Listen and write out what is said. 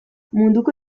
munduko